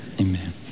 Amen